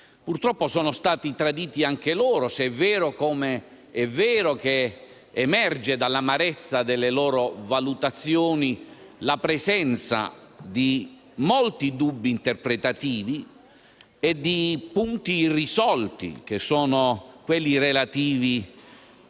Purtroppo, sono stati traditi anche loro, se è vero come è vero che emerge dall'amarezza delle loro valutazioni la presenza di molti dubbi interpretativi e di punti irrisolti: quelli relativi